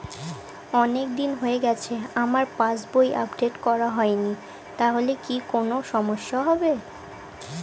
অনেকদিন হয়ে গেছে আমার পাস বই আপডেট করা হয়নি তাহলে কি কোন সমস্যা হবে?